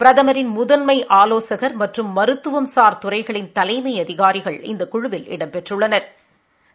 பிரதமரின் முதன்மை ஆலோசகர் மற்றும் மருத்துவம்சார் துறைகளின் தலைமை அதிகாரிகள் இந்த குழுவில் இடம்பெற்றுள்ளனா்